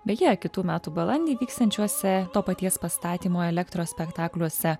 beje kitų metų balandį vyksiančiuose to paties pastatymo elektros spektakliuose